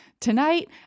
tonight